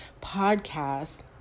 podcast